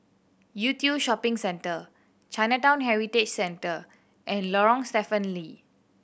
Yew Tee Shopping Centre Chinatown Heritage Centre and Lorong Stephen Lee